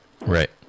Right